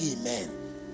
Amen